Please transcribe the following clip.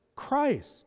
Christ